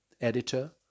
editor